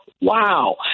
Wow